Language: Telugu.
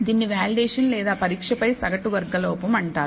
దీనిని వాలిడేషన్ లేదా పరీక్ష పై సగటు వర్గ లోపం అంటారు